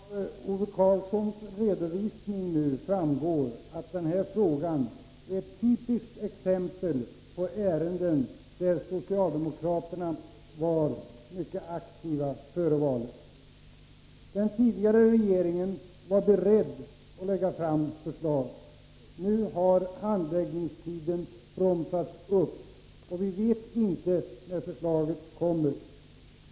Herr talman! Av Ove Karlssons redovisning framgår att den här frågan är ett typiskt exempel på ärenden där socialdemokraterna var mycket aktiva före valet. Den tidigare regeringen var beredd att lägga fram ett förslag. Nu har handläggningen bromsats upp, och vi vet inte när något förslag kommer.